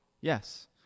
Yes